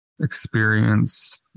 experience